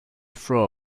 throw